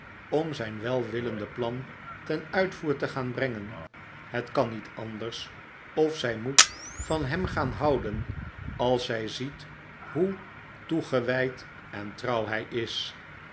om zijn welwillende plan ten uitvoer te gaan brengen het kan niet anders of zij moet van hem gaan houden als zij ziet hoe toegewijd en trouw hij is